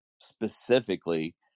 specifically